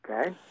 Okay